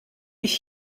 ich